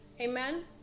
Amen